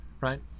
right